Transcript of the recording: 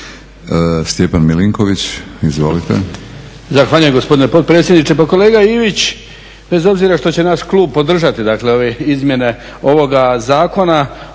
Stjepan Milinković, izvolite.